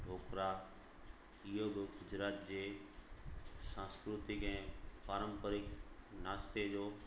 ढोकड़ा इहो बि गुजरात जे सांस्कृतिक ऐं पारंपरिक नास्ते जो